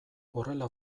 horrela